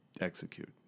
execute